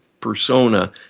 persona